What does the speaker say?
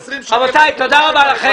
רבותיי, תודה רבה לכם.